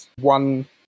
one